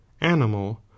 animal